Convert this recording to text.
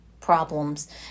problems